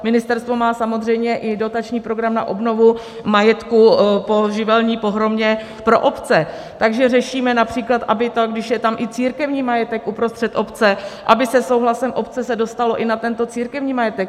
Ministerstvo má samozřejmě i dotační program na obnovu majetku po živelní pohromě pro obce, takže řešíme například, když je tam i církevní majetek uprostřed obce, aby se souhlasem obce se dostalo i na tento církevní majetek.